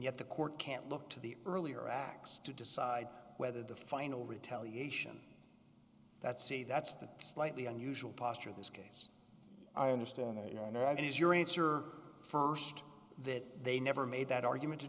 the court can't look to the earlier acts to decide whether the final retaliation that's a that's the slightly unusual posture of this case i understand that you know and as your answer st that they never made that argument to